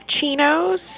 chinos